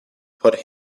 put